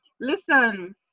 listen